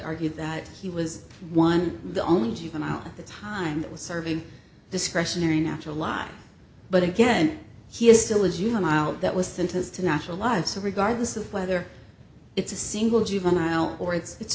argue that he was one of the only juveniles at the time that was serving discretionary natural law but again he is still a juvenile that was sentenced to natural life so regardless of whether it's a single juvenile or it's